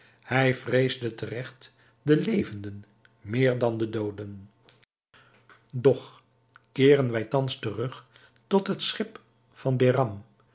hij vreesde te regt de levenden meer dan de dooden doch keeren wij thans terug tot het schip van behram